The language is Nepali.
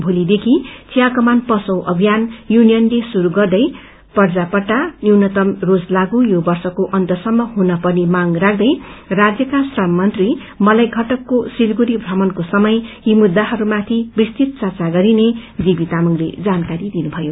भोलिदेखि चियाकमानमा पसौं अभियान युनियनले शुरू गर्दै पर्जापट्टा न्यूनतम रोज लागू यो वर्षक्रो अन्तसम्य हुने पर्ने माग राख्दै राज्यक्वा श्रम मन्त्री मलय घटकको सिलगढी श्रमणको समय यी मुद्दाहरूमाथि विस्तृत चर्चा गरिने जेबी तामाङले जानक्वरी दिनुभयो